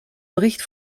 bericht